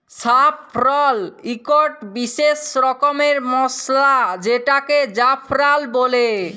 saffron ইকট বিসেস রকমের মসলা যেটাকে জাফরাল বল্যে